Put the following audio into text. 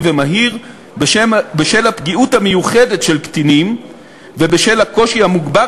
ומהיר בשל הפגיעות המיוחדת של קטינים ובשל הקושי המוגבר